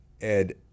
Ed